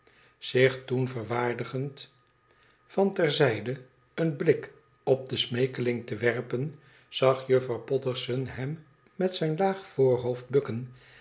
ch toen verwaardigend van ter zijde een blik op den smeekeling te werpen zag juffrouw potterson hem met zijn laag voorhoofd bukken